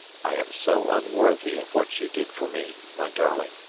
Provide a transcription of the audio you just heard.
i am so unworthy of what you did for me, my darling,